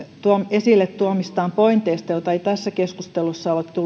esille tuomistaan pointeista jota ei tässä keskustelussa ole tullut